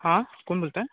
हां कोण बोलताय